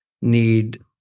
need